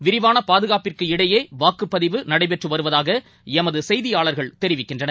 விரிவானபாதுகாப்பிற்கு இடையேவாக்குப்பதிவு நடைபெற்றுவருவதாகஎமதுசெய்தியாளர்கள் தெரிவிக்கின்றனர்